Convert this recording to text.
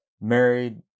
married